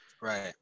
right